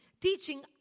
teaching